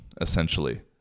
essentially